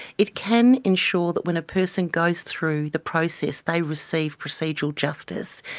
it can ensure that when a person goes through the process they receive procedural justice.